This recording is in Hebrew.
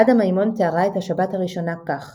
עדה מימון תיארה את השבת הראשונה כך